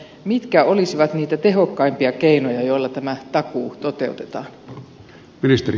mitkä olisivat niitä tehokkaimpia keinoja joilla tämä takuu toteutetaan